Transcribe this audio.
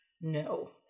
No